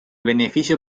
beneficio